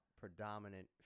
predominant